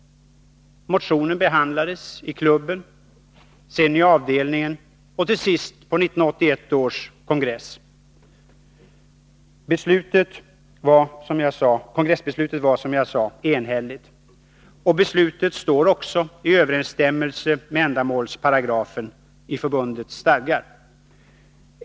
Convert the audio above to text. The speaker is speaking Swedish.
Motionen behandlades i klubben, sedan i avdelningen och till sist på 1981 års kongress. Kongressbeslutet var, som jag sade, enhälligt. Beslutet står också i överensstämmelse med ändamålsparagrafen i förbundets stadgar.